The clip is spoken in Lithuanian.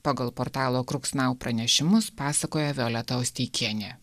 pagal portalo krupsnau pranešimus pasakoja violeta osteikienė